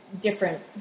different